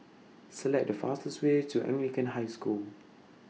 Select The fastest Way to Anglican High School